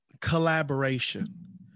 collaboration